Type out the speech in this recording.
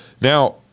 now